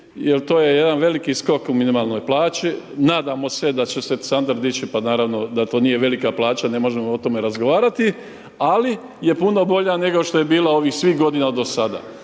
jel to je jedan veliki skok u minimalnoj plaći, nadamo se da će se Sandra dići pa naravno da to nije velika plaća ne možemo o tome razgovarati, ali je puno bolja nego što je bila ovih svih godina do sada.